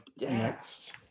next